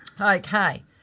Okay